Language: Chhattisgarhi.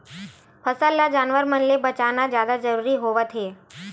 फसल ल जानवर मन ले बचाना जादा जरूरी होवथे